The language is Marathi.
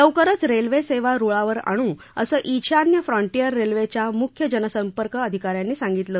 लवकरच रेल्वे सेवा रुळावर आणू असं ब्राान्य फ्रॉटीयर रेल्वेच्या मुख्य जनसंपर्क अधिकाऱ्यांनी सांगितलं